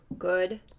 good